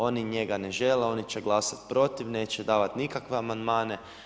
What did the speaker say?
Oni njega ne žele, oni će glasati protiv, neće davati nikakve amandmane.